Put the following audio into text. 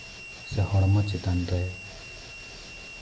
ᱥᱮ ᱦᱚᱲᱢᱚ ᱪᱮᱛᱟᱱ ᱨᱮ